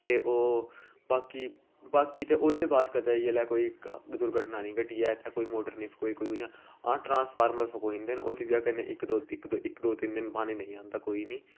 ते ओह् बाकी बाकी ते ओह्दे बाद कदें इ'यै लेआ कोई दुर्घटना नेईं घटी ऐ इ'त्थें कोई मोटर नेईं फकोई ना कुछ आं ट्रांसफार्मर फकोई जंदे न ओह्दी बजह् कन्नै इक दो तिन्न दिन पानी नेईं आंदा कोई नेईं